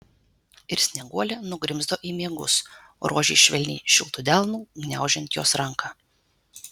ir snieguolė nugrimzdo į miegus rožei švelniai šiltu delnu gniaužiant jos ranką